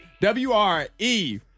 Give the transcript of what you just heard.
W-R-E